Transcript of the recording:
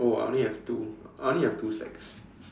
oh I only have two I only have two stacks